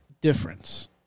difference